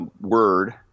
Word